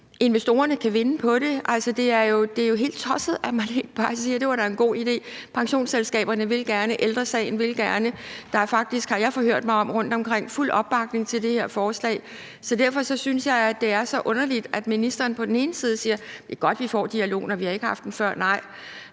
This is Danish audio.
investorerne kan vinde på det. Altså, det er jo helt tosset, at man ikke bare siger: Det var da en god idé. Pensionsselskaberne vil gerne, Ældre Sagen vil gerne, og der er faktisk, har jeg forhørt mig om rundtomkring, fuld opbakning til det her forslag. Så derfor synes jeg, at det er så underligt, at ministeren siger: Det er godt, vi får dialogen, og vi har ikke haft den før – nej,